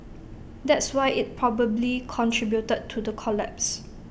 that's why IT probably contributed to the collapse